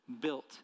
built